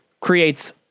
creates